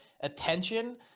attention